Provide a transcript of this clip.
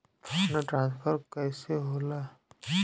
Fund transfer कैसे होला?